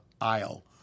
aisle